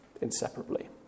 inseparably